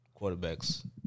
quarterbacks